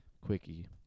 Quickie